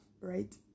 right